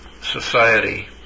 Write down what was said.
society